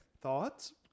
Thoughts